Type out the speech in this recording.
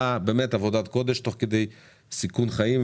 שהיא באמת עבודת קודש תוך כדי סיכון חיים,